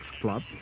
Club